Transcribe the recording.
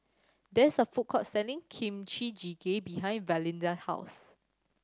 there is a food court selling Kimchi Jjigae behind Valinda house